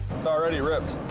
it's already ripped.